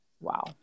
Wow